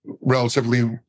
relatively